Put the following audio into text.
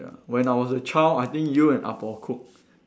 ya when I was a child I think you and ah-po cooked